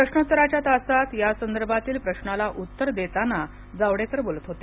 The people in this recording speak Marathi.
प्रश्नोत्तराच्या तासात या संदर्भातील प्रश्नाला उत्तर देताना जावडेकर बोलत होते